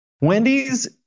Wendy's